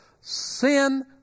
sin